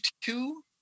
two